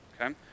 okay